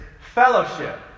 fellowship